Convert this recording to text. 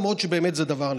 באמת זה דבר נחמד,